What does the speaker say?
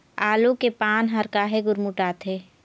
आलू के पान हर काहे गुरमुटाथे?